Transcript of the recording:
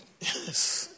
Yes